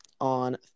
on